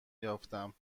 یافتم